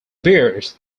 bears